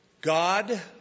God